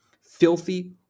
filthy